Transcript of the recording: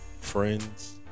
Friends